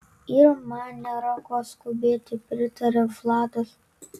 ir man nėra ko skubėti pritaria vladas